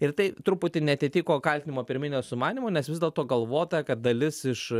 ir tai truputį neatitiko kaltinimo pirminio sumanymo nes vis dėlto galvota kad dalis iš